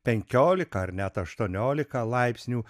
penkiolika ar net aštuoniolika laipsnių